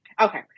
Okay